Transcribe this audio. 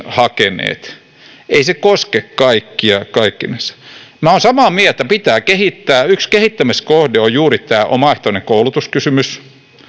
hakeneet eli kaikkinensa se ei koske kaikkia minä olen samaa mieltä pitää kehittää yksi kehittämiskohde on juuri tämä omaehtoisen koulutuksen kysymys